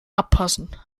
abpassen